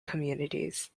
communities